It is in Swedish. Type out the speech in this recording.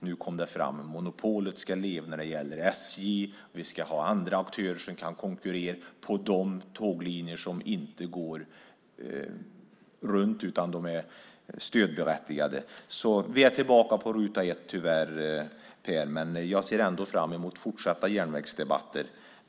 Nu kom det fram: Monopolet ska leva när det gäller SJ. Vi ska ha andra aktörer som kan konkurrera på de tåglinjer som inte går runt utan är stödberättigade. Vi är alltså tyvärr tillbaka på ruta ett, Per, men jag ser ändå fram emot fortsatta järnvägsdebatter.